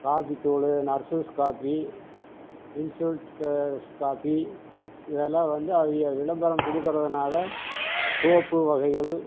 காபித்தூள் Narasus coffee instant coffee இதல்லாம் வந்து அவங்க விளம்பரம் கொடுக்குறதுனால சோப்பு வகைகள்